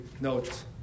note